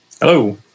Hello